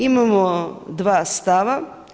Imamo dva stava.